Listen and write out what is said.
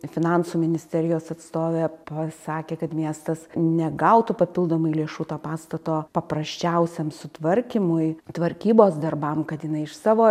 finansų ministerijos atstovė pasakė kad miestas negautų papildomai lėšų to pastato paprasčiausiam sutvarkymui tvarkybos darbam kad jinai iš savo